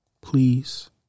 Please